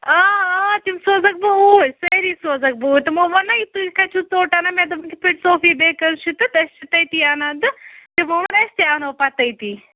آ آ تِم سوزَکھ بہٕ اوٗرۍ سٲری سوزَکھ بہٕ اوٗرۍ تِمو ووٚن نا تُہۍ کَتہِ چھِ ژوٚٹ اَنان مےٚ دپ یِتھ پٲٹھۍ سوفی بیکٲرٕس چھُ تہٕ أسۍ چھِ تٔتی اَنان تہٕ تِمو ووٚن أسۍ تہِ اَنو پَتہٕ تٔتی